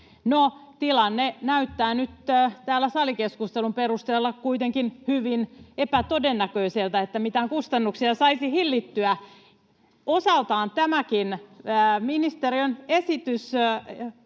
tilanne näyttää nyt täällä salikeskustelun perusteella kuitenkin hyvin epätodennäköiseltä, että mitään kustannuksia saisi hillittyä. [Vastauspuheenvuoropyyntöjä] Osaltaan tämäkin ministeriön esitys